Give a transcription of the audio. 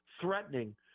threatening